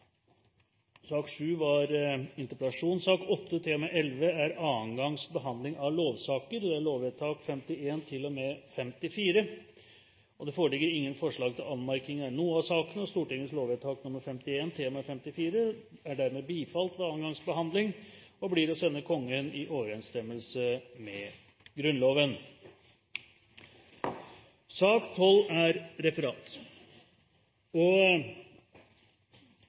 sak nr. 7 foreligger det ikke noe voteringstema. Når det gjelder sakene nr. 8-11, er de andre gangs behandling av lovsaker. Presidenten foreslår at sakene behandles samlet. - Det anses vedtatt. Det foreligger ingen forslag til anmerkning, og Stortingets lovvedtak er dermed bifalt ved andre gangs behandling og blir å sende Kongen i overensstemmelse med Grunnloven. Dermed er